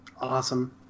Awesome